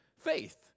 faith